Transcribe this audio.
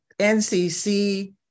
NCC